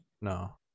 no